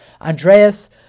Andreas